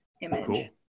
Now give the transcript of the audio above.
image